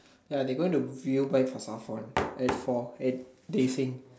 ya they going to view bike for far font at four at they sing